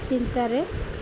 ଚିନ୍ତାରେ